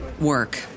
work